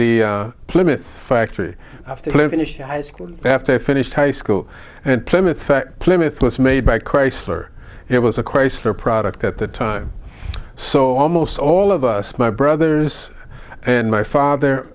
the plymouth factory after i finished high school and plymouth effect plymouth was made by chrysler it was a chrysler product at that time so almost all of us my brothers and my father